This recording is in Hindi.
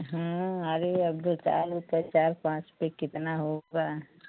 हाँ अरे अब दो चार रुपया चार पाँच पर कितना होगा